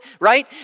right